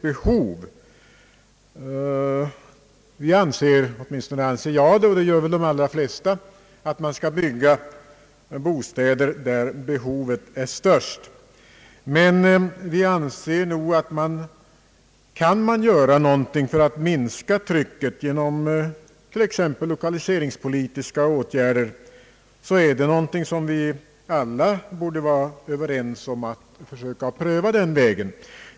Jag anser — och det gör väl de allra flesta, förmodar jag — att man skall bygga bostäder där behovet är störst. Men kan man göra någonting för att minska trycket, t.ex. genom lokaliseringspolitiska åtgärder, är detta en väg som alla borde vara överens om att pröva.